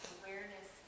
awareness